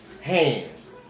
hands